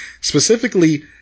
specifically